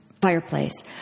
fireplace